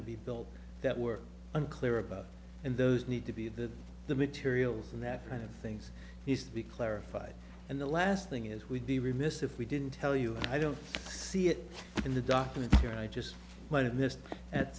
to be built that we're unclear about and those need to be that the materials and that kind of things he's to be clarified and the last thing is we'd be remiss if we didn't tell you i don't see it in the document here i just might have missed at